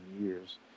years